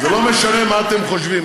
זה לא משנה מה אתם חושבים,